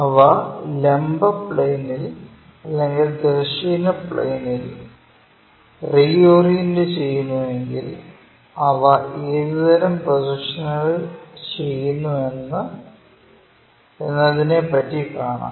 അവ ലംബ പ്ലെയിനിൽ അല്ലെങ്കിൽ തിരശ്ചീന പ്ലെയിനിൽ റിഓറിയന്റ ചെയ്യുന്നു എങ്കിൽ അവ ഏതുതരം പ്രൊജക്ഷനുകൾ ചെയ്യുന്നു എന്നതിനെ പറ്റി കാണാം